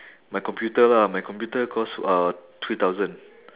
my computer lah my computer cost uh three thousand